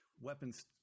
weapons